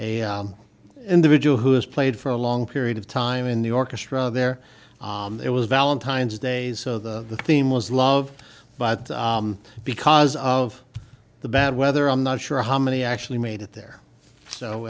a individual who has played for a long period of time in the orchestra there it was valentine's day so the theme was love but because of the bad weather i'm not sure how many actually made it there so